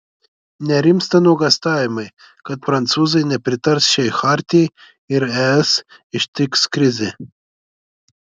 nerimsta nuogąstavimai kad prancūzai nepritars šiai chartijai ir es ištiks krizė